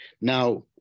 Now